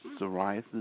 psoriasis